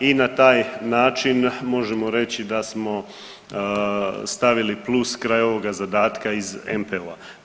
I na taj način možemo reći da smo stavili plus kraj ovoga zadatka iz MPO-a.